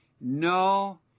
No